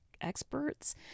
experts